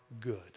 good